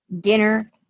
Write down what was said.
dinner